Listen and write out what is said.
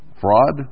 fraud